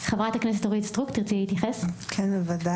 חברת הכנסת אורית סטרוק, תרצי להתייחס.) בוודאי.